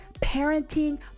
parenting